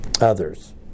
others